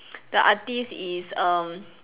the artiste is um